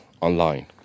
online